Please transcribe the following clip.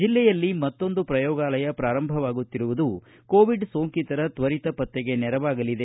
ಜಿಲ್ಲೆಯಲ್ಲಿ ಮತ್ತೊಂದು ಪ್ರಯೋಗಾಲಯ ಪ್ರಾರಂಭವಾಗುತ್ತಿರುವುದು ಕೋವಿಡ್ ಸೋಂಕಿತರ ತ್ವರಿತ ಪತ್ತೆಗೆ ನೆರವಾಗಲಿದೆ